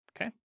okay